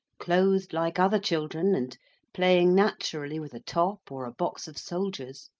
clothed like other children, and playing naturally with a top, or a box of soldiers,